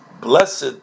blessed